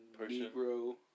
Negro